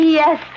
yes